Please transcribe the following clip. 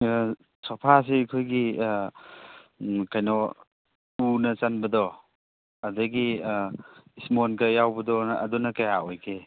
ꯁꯣꯐꯥꯁꯤ ꯑꯩꯈꯣꯏꯒꯤ ꯀꯩꯅꯣ ꯎꯅ ꯆꯟꯕꯗꯣ ꯑꯗꯒꯤ ꯁ꯭ꯄꯣꯟꯀ ꯌꯥꯎꯕꯗꯣ ꯑꯗꯨꯅ ꯀꯌꯥ ꯑꯣꯏꯒꯦ